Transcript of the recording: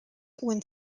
when